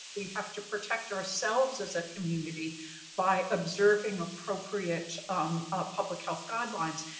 we have to protect ourselves as a community by observing appropriate um public health guidelines.